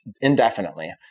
indefinitely